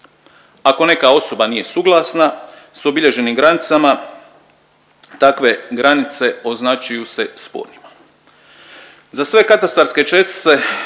Ako neka osoba nije suglasna sa obilježenim granicama takve granice označuju se spornima.